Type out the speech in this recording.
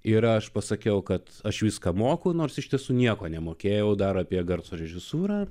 ir aš pasakiau kad aš viską moku nors iš tiesų nieko nemokėjau dar apie garso režisūrą